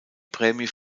prämie